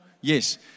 Yes